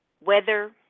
weather